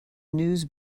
news